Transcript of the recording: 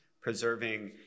preserving